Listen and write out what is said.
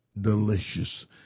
delicious